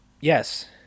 Yes